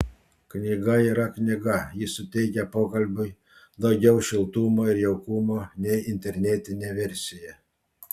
knyga yra knyga ji suteikia pokalbiui daugiau šiltumo ir jaukumo nei internetinė versija